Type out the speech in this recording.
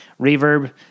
reverb